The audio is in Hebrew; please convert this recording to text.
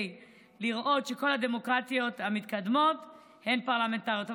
לראות שכל הדמוקרטיות המתקדמות הן פרלמנטריות.